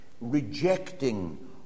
rejecting